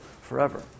forever